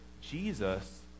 Jesus